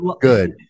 good